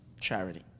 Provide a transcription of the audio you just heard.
charity